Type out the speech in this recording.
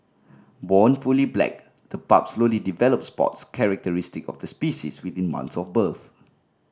born fully black the pups slowly develop spots characteristic of the species within months of birth